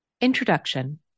Introduction